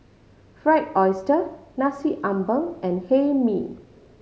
Fried Oyster Nasi Ambeng and Hae Mee